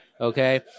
Okay